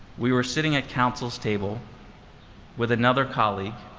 we were sitting at counsel's table with another colleague,